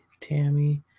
Tammy